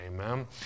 Amen